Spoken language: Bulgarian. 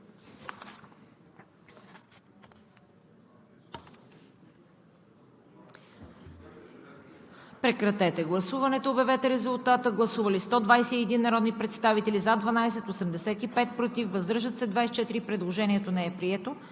прекратете гласуването и обявете резултата. Гласували 148 народни представители: за 112, против 11, въздържали се 25. Предложението е прието.